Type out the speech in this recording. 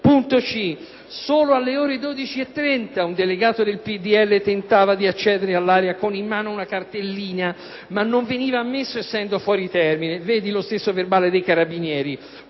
dice che solo alle ore 12,30 un delegato del PdL tentava di accedere all'area con in mano una cartellina, ma non veniva ammesso essendo fuori termine (vedi verbale dei carabinieri